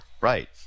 Right